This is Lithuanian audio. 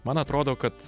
man atrodo kad